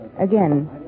Again